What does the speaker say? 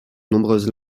nombreuses